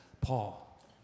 Paul